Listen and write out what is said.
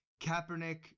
Kaepernick